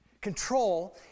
Control